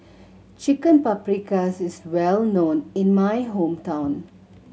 Chicken Paprikas is well known in my hometown